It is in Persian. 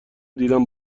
دیدم